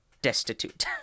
destitute